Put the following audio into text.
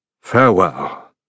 farewell